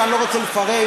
ואני לא רוצה לפרט,